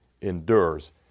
endures